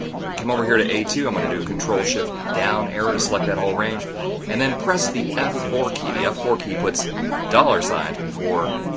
we came over here to a two i'm going to do control shift down arrow to select that whole range and then press the f four key the f four key puts dollar signs before